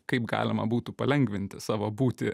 kaip galima būtų palengvinti savo būtį